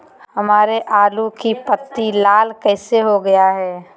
हमारे आलू की पत्ती लाल कैसे हो गया है?